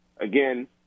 again